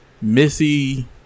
Missy